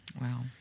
Wow